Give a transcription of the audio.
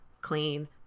clean